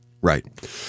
right